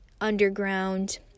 underground